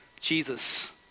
Jesus